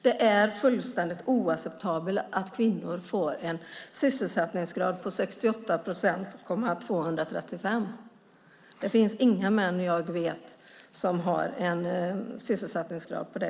Det är fullständigt oacceptabelt att kvinnor får en sysselsättningsgrad på 68,235 procent. Jag vet inga män som har en sådan sysselsättningsgrad.